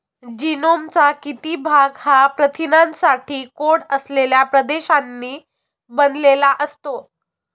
जीनोमचा किती भाग हा प्रथिनांसाठी कोड असलेल्या प्रदेशांनी बनलेला असतो?